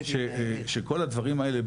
שכל הדברים האלה,